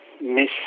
miss